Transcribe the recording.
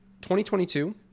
2022